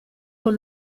con